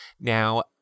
Now